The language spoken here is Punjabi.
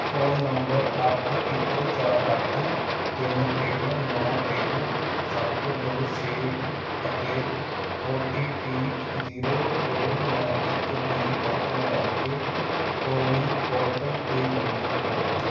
ਫ਼ੋਨ ਨੰਬਰ ਅੱਠ ਇੱਕ ਚਾਰ ਅੱਠ ਤਿੰਨ ਤਿੰਨ ਨੌਂ ਤਿੰਨ ਸੱਤ ਦੋ ਛੇ ਅਤੇ ਓ ਟੀ ਪੀ ਜੀਰੋ ਦੋ ਨੌਂ ਇੱਕ ਦੀ ਵਰਤੋਂ ਕਰਕੇ ਕੋਵਿਨ ਪੋਰਟਲ 'ਤੇ ਲੌਗਇਨ ਕਰੋ